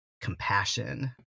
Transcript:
compassion